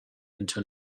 into